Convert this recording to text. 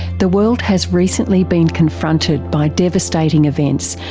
the world has recently been confronted by devastating events,